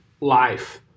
life